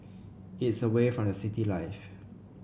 it's away from the city life